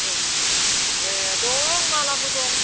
ए दं मालाबो दं